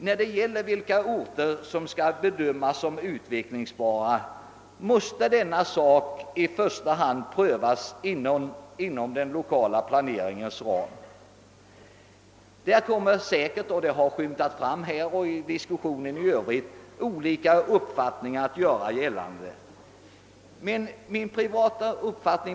Frågan om vilka orter som skall bedömas som utvecklingsbara måste i första hand prövas inom den lokala planeringens ram. Därvidlag kommer säkert olika uppfattningar att göra sig gällande, såsom också bar framskymtat både i denna debatt och i den allmänna diskussionen.